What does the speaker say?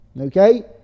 Okay